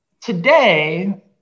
today